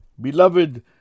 beloved